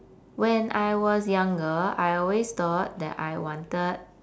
when I was younger I always thought that I wanted